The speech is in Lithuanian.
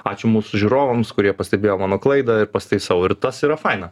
ačiū mūsų žiūrovams kurie pastebėjo mano klaidą ir pasitaisau ir tas yra faina